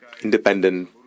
independent